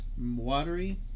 watery